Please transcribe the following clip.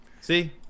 See